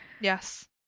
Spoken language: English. Yes